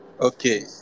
Okay